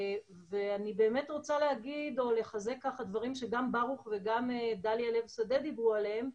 אני באמת רוצה לחזק דברים שגם ברוך וגם דליה לב שדה דיברו עליהם.